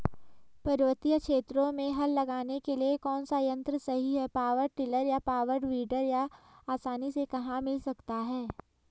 पर्वतीय क्षेत्रों में हल लगाने के लिए कौन सा यन्त्र सही है पावर टिलर या पावर वीडर यह आसानी से कहाँ मिल सकता है?